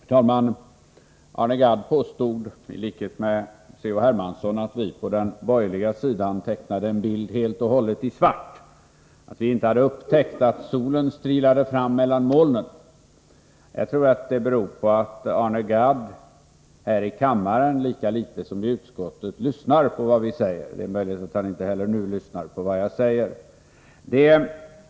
Herr talman! I likhet med C.-H. Hermansson påstod Arne Gadd, att vi på den borgerliga sidan tecknade en bild helt och hållet i svart, att vi inte hade upptäckt att solens strålar tittar fram mellan molnen. Jag tror att det beror på att Arne Gadd här i kammaren lika litet som i utskottet lyssnar på vad vi säger. Det är möjligt att han inte heller nu lyssnar på vad jag säger.